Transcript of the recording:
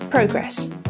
progress